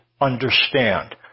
understand